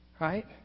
Right